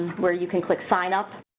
where you can click sign up,